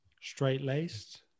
Straight-laced